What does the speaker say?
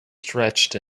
stretched